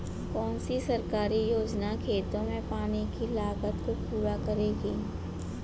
कौन सी सरकारी योजना खेतों के पानी की लागत को पूरा करेगी?